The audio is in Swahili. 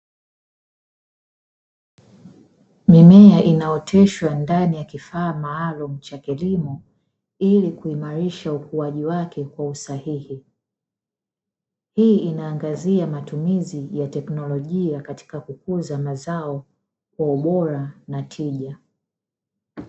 Mimea inaoteshwa ndani ya kifaa maalumu cha kilimo ili kuimarisha ukuaji wake kwa usahihi hii inaangazia matumizi ya teknolojia katika kukuza mazao kwa ubora na tija.